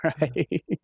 Right